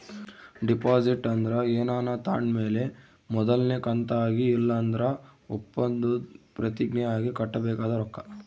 deposit ಅಂದ್ರ ಏನಾನ ತಾಂಡ್ ಮೇಲೆ ಮೊದಲ್ನೇ ಕಂತಾಗಿ ಇಲ್ಲಂದ್ರ ಒಪ್ಪಂದುದ್ ಪ್ರತಿಜ್ಞೆ ಆಗಿ ಕಟ್ಟಬೇಕಾದ ರೊಕ್ಕ